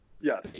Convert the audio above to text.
Yes